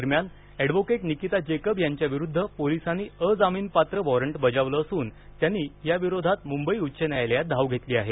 दरम्यान advocate Nikita Jacob यांच्याविरुद्ध पोलिसांनी अजामीनपात्र वॉरंट बजावलं असून त्यांनी या विरोधात मुंबई उच्च न्यायालयात धाव घेतली आहे